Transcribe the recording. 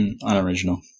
Unoriginal